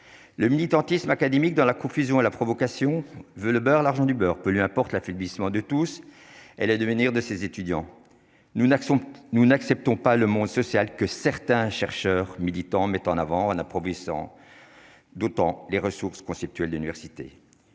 le militantisme académique dans la confusion à la provocation veut le beurre, l'argent du beurre, peu lui importe l'affaiblissement de tous L à devenir de ces étudiants, nous n'acceptons nous n'acceptons pas le monde social que certains chercheurs militants mettent en avant un appauvrissant d'autant les ressources conceptuel d'université,